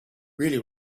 really